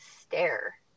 stare